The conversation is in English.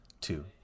two